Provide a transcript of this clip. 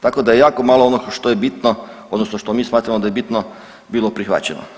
Tako da je jako malo ono što je bitno, odnosno što mi smatramo da je bitno bilo prihvaćeno.